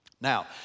Now